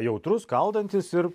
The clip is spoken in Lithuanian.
jautrus skaldantis ir